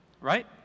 Right